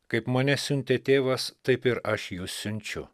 kaip mane siuntė tėvas taip ir aš jus siunčiu